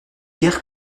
guère